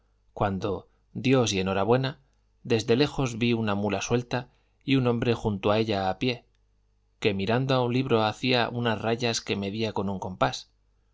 cuando dios y enhorabuena desde lejos vi una mula suelta y un hombre junto a ella a pie que mirando a un libro hacía unas rayas que medía con un compás